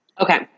Okay